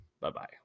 Bye-bye